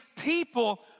people